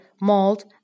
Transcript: mold